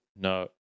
No